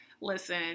listen